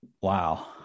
Wow